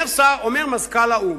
אומר מזכ"ל האו"ם,